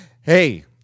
Hey